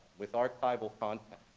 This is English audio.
with archival content,